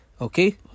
okay